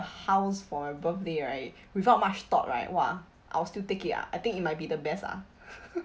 house for my birthday right without much thought right !wah! I will still take it ah I think it might be the best ah